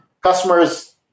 customers